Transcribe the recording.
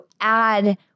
add